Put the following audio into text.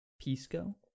pisco